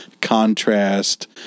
contrast